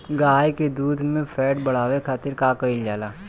गाय के दूध में फैट बढ़ावे खातिर का कइल जाला?